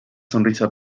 sonrisa